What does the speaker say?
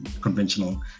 conventional